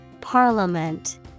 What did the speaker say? Parliament